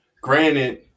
granted